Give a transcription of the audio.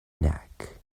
neck